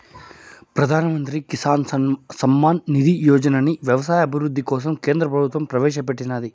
ప్రధాన్ మంత్రి కిసాన్ సమ్మాన్ నిధి యోజనని వ్యవసాయ అభివృద్ధి కోసం కేంద్ర ప్రభుత్వం ప్రవేశాపెట్టినాది